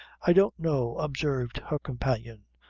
i don't know, observed her companion,